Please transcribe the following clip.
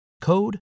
code